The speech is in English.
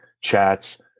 chats